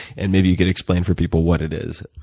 and maybe you could explain for people what it is.